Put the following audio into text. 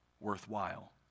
worthwhile